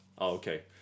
Okay